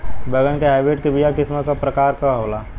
बैगन के हाइब्रिड के बीया किस्म क प्रकार के होला?